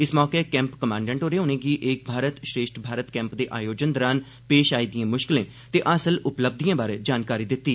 इस मौके camp commandant होरें उनें'गी एक भारत श्रेष्ठ भारत कैंप दे आयोजन दौरान पेश आई दिएं मुश्कलें ते हासल उपलब्धिएं बारै जानकारी दित्ती